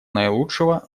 наилучшего